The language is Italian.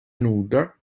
nuda